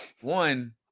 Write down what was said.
one